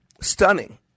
Stunning